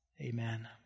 Amen